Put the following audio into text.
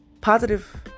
positive